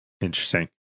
Interesting